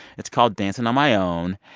it's called dancing on my own.